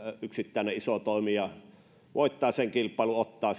yksittäinen iso toimija joka voittaa sen kilpailun ottaa